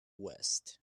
west